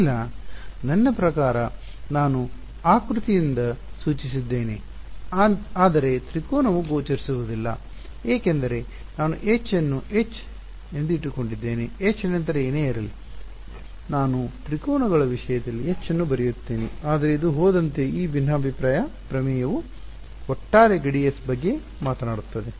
ಇಲ್ಲ ನನ್ನ ಪ್ರಕಾರ ನಾನು ಆಕೃತಿಯಿಂದ ಸೂಚಿಸಿದ್ದೇನೆ ಆದರೆ ತ್ರಿಕೋನವು ಗೋಚರಿಸುವುದಿಲ್ಲ ಏಕೆಂದರೆ ನಾನು H ಅನ್ನು H ಎಂದು ಇಟ್ಟುಕೊಂಡಿದ್ದೇನೆ H ನಂತರ ಏನೇ ಇರಲಿ ನಾನು ತ್ರಿಕೋನಗಳ ವಿಷಯದಲ್ಲಿ H ಅನ್ನು ಬರೆಯುತ್ತೇನೆ ಆದರೆ ಇದು ಹೋದಂತೆ ಈ ಭಿನ್ನಾಭಿಪ್ರಾಯ ಪ್ರಮೇಯವು ಒಟ್ಟಾರೆ ಗಡಿಯ ಬಗ್ಗೆ ಮಾತನಾಡುತ್ತದೆ